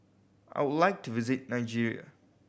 I would like to visit Nigeria